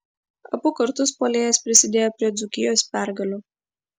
abu kartus puolėjas prisidėjo prie dzūkijos pergalių